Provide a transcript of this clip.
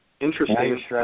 Interesting